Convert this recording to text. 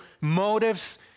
motives